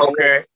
Okay